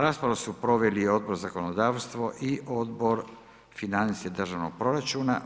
Raspravu su proveli Odbor za zakonodavstvo i Odbor za financije državnog proračuna.